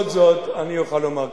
אני אוכל לומר כך.